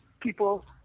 people